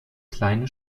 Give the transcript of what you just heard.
kleine